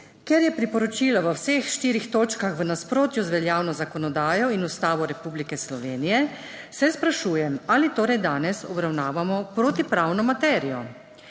Ker je priporočilo v vseh štirih točkah v nasprotju z veljavno zakonodajo in Ustavo Republike Slovenije se sprašujem, ali torej danes obravnavamo protipravno materijo.